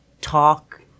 talk